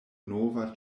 nova